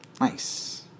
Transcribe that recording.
Nice